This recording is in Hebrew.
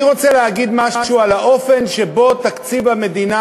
אני רוצה להגיד משהו על האופן שבו תקציב המדינה,